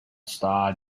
star